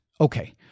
Okay